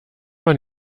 man